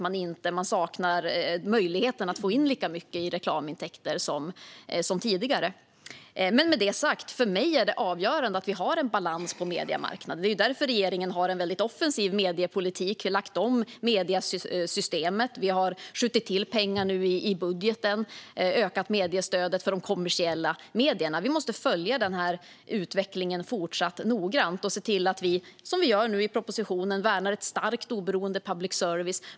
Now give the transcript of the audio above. Man saknar möjligheten att få in lika mycket i reklamintäkter som tidigare. Med det sagt är det avgörande för mig att vi har en balans på mediemarknaden. Det är därför regeringen har en väldigt offensiv mediepolitik och har lagt om mediesystemet. Vi har skjutit till pengar i budgeten och ökat mediestödet för de kommersiella medierna. Vi måste följa den här utvecklingen fortsatt noggrant och se till att vi, som vi nu gör i propositionen, värnar en stark oberoende public service.